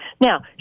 Now